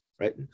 Right